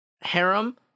harem